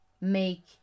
make